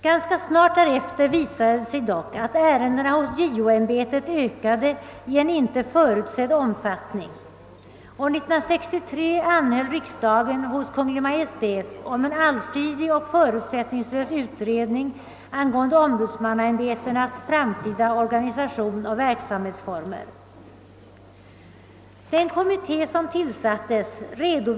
Han har i flera avseenden, både principiellt och praktiskt, fått till stånd en förstärkning av = riksdagsrevisionens ställning.